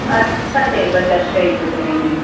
हा तदेव दर्शयतु बेहिनी